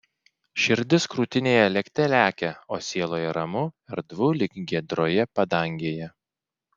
širdis krūtinėje lėkte lekia o sieloje ramu erdvu lyg giedroje padangėje